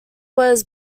was